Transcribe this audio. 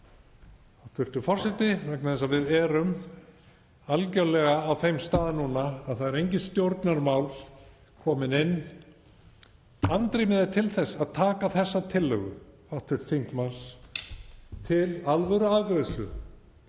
hæstv. forseti, vegna þess að við erum algerlega á þeim stað núna að það eru engin stjórnarmál komin inn. Andrými er til að taka þessa tillögu hv. þingmanns til alvöruafgreiðslu